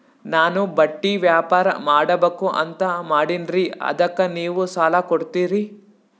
ನಾನು ಬಟ್ಟಿ ವ್ಯಾಪಾರ್ ಮಾಡಬಕು ಅಂತ ಮಾಡಿನ್ರಿ ಅದಕ್ಕ ನೀವು ಸಾಲ ಕೊಡ್ತೀರಿ?